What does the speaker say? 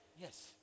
Yes